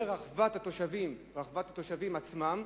לרווחת התושבים עצמם,